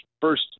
first